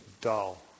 dull